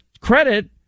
credit